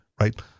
right